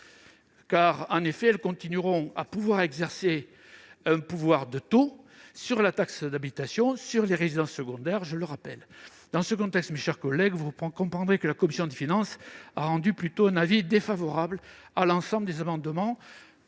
En effet, elles continueront à exercer un pouvoir de taux sur la taxe d'habitation sur les résidences secondaires. Dans ce contexte, mes chers collègues, vous comprendrez que la commission des finances ait rendu un avis défavorable sur l'ensemble de ces amendements,